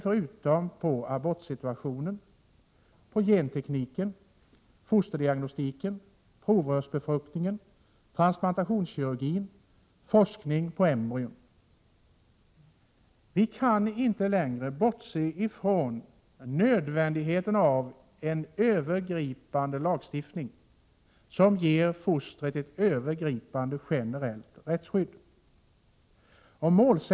Förutom själva abortsituationen tänker jag på gentekniken, fosterdiagnostiken, provrörsbefruktningen, transplantationskirurgin, forskning på embryon. Vi kan inte längre bortse från nödvändigheten av en övergripande lagstiftning som ger fostret ett generellt rättsskydd.